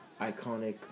iconic